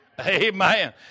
Amen